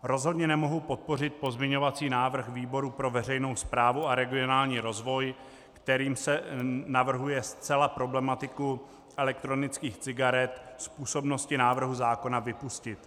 Rozhodně nemohu podpořit pozměňovací návrh výboru pro veřejnou správu a regionální rozvoj, kterým se navrhuje zcela problematiku elektronických cigaret z působnosti návrhu zákona vypustit.